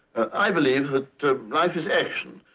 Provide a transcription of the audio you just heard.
i believe that life is action.